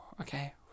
Okay